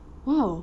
!wow!